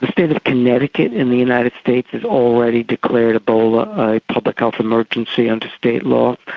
the state of connecticut in the united states has already declared ebola a public health emergency under state law.